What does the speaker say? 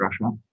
Russia